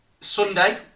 Sunday